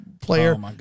player